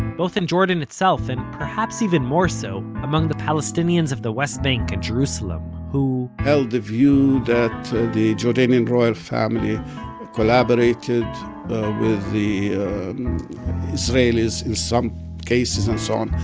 both in jordan itself and perhaps even more so among the palestinians of the west bank and jerusalem who, held the view that the jordanian royal family collaborated with the israelis in some cases and so on.